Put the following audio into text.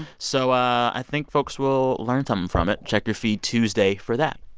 so i think folks will learn something from it. check your feed tuesday for that.